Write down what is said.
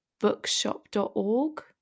bookshop.org